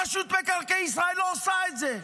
רשות מקרקעי ישראל לא עושה את זה.